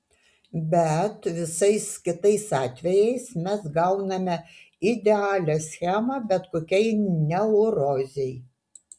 bet visais kitais atvejais mes gauname idealią schemą bet kokiai neurozei